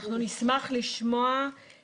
באמת סחתין על הרמת הנושא הכה קריטי בשלב כזה